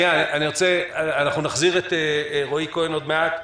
אנחנו נחזיר את רועי כהן עוד מעט.